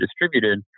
distributed